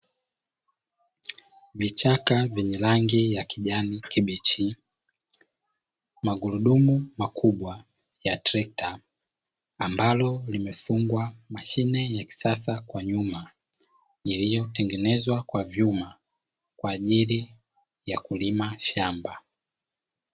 Vichaka vyenye rangi ya kijani kibichi, magurudumu makubwa ya trekta ambalo limefungwa mashine ya kisasa kwa nyuma iliyotengenezwa kwa vyuma kwa ajili ya kulima shamba.